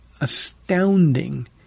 astounding